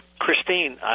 Christine